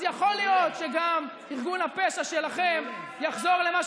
אז יכול להיות שגם ארגון הפשע שלכם יחזור למה